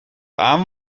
aan